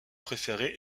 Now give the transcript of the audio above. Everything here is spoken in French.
préférée